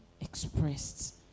expressed